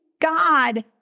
God